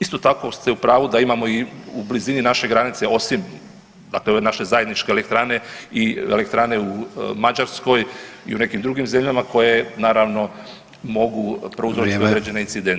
Isto tako ste u pravu da imamo i u blizini naše granice osim, dakle ove naše zajedničke elektrane i elektrane u Mađarskoj i u nekim drugim zemljama koje naravno mogu prouzročiti određene incidente.